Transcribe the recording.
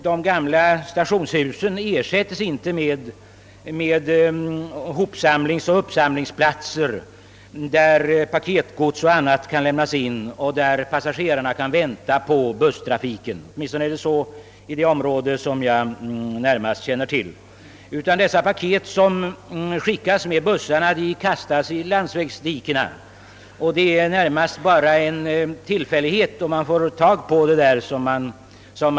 De gamla stationshusen ersättes inte med uppsamlingsplatser där paketgods och annat kan lämnas in och där passagerarna kan vänta på bussarna — åtminstone är det så i det område som jag närmast känner till. De paket som skickas med bussarna kastas därför i landsvägsdikena, och det är närmast en tillfällighet om man får tag på dem.